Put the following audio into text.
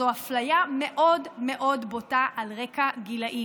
שזו אפליה מאוד מאוד בוטה על רקע גילאי.